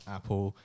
Apple